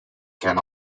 can